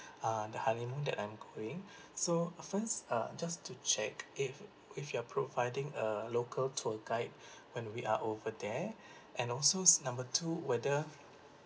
uh the honeymoon that I'm going so first uh just to check if if you are providing a local tour guide when we are over there and also number two whether